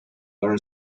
learn